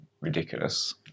ridiculous